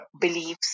beliefs